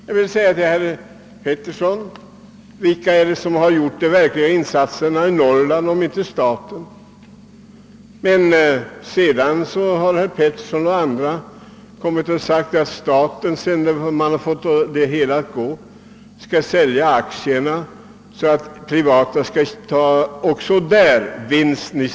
Jag skulle vilja fråga herr Petersson, om det inte är staten som gjort de verkliga insatserna i Norrland. Men sedan kommer herr Petersson och andra och säger, att staten, när man fått företagen att löna sig, skall sälja aktierna, så att de privata skall kunna ta vinsten.